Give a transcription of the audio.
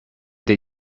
did